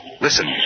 Listen